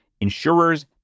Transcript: Insurers